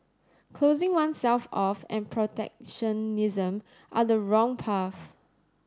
closing oneself off and protectionism are the wrong path